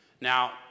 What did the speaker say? Now